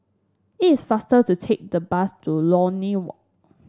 it is faster to take the bus to Lornie Walk